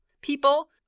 people